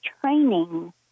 training